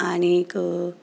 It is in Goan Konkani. आनीक